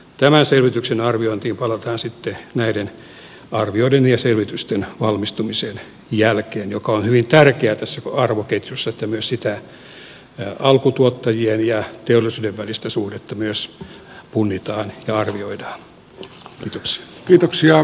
tämän selvityksen arviointiin palataan sitten näiden arvioiden ja selvitysten valmistumisen jälkeen ja on hyvin tärkeää tässä arvoketjussa että myös sitä alkutuottajien ja teollisuuden välistä suhdetta punnitaan ja arvioidaan